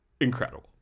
incredible